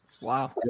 Wow